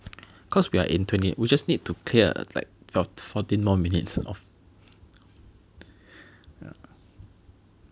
cause we are in twenty we just need to clear like four fourteen more minutes of